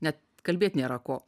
net kalbėt nėra ko